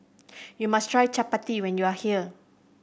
you must try Chapati when you are here